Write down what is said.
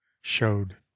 showed